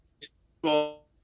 Baseball